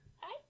Hi